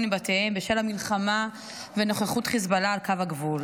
מבתיהם בשל המלחמה ונוכחות חיזבאללה על קו הגבול.